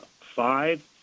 five